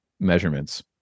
Measurements